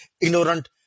ignorant